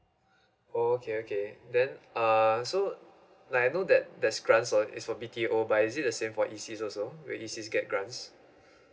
oh okay okay then uh so I know that there's grants is for B_T_O by is it the same for E_C also will E_C get grants